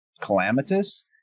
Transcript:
calamitous